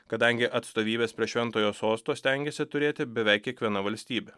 kadangi atstovybes prie šventojo sosto stengiasi turėti beveik kiekviena valstybė